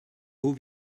haut